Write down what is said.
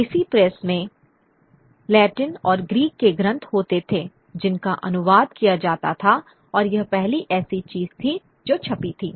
देसी प्रेस में लैटिनऔर ग्रीक के ग्रंथ होते थे जिनका अनुवाद किया जाता था और यह पहली ऐसी चीज़ थी जो छपी थी